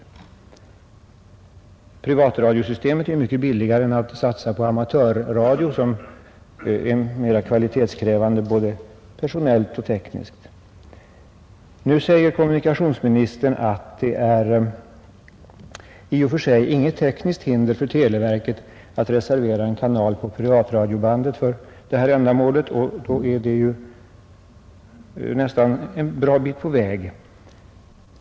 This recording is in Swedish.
Att använda privatradiosystemet är ju mycket billigare än att satsa på amatörradio, som är mera kvalitetskrävande både personellt och tekniskt. Kommunikationsministern säger att det finns ”i och för sig inget tekniskt hinder för televerket att reservera en kanal på privatradiobandet för detta ändamål”. Då är vi ju en bra bit på väg!